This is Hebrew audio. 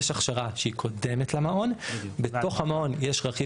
יש הכשרה שהיא קודמת למעון בתוך המעון יש רכיב